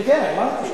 כן, כן, אני אמרתי.